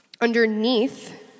Underneath